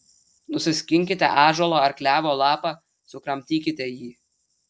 nusiskinkite ąžuolo ar klevo lapą sukramtykite jį